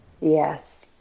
Yes